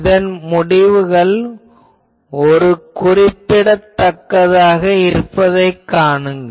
இதன் முடிவுகள் குறிப்பிடத்தக்கதாக இருப்பதைக் காணுங்கள்